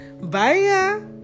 Bye